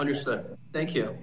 understood thank you